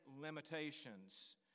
limitations